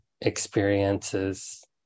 experiences